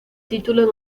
título